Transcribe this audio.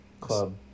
club